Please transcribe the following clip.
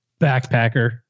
Backpacker